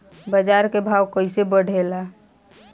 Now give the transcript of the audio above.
बाजार के भाव कैसे बढ़े ला?